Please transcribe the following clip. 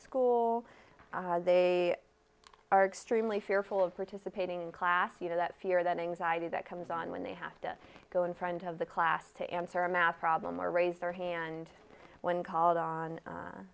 school they are extremely fearful of participating in class you know that fear that anxiety that comes on when they have to go in front of the class to answer a math problem or raise their hand when called on